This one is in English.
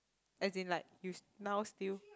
as in like you now still